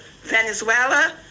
Venezuela